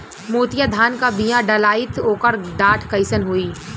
मोतिया धान क बिया डलाईत ओकर डाठ कइसन होइ?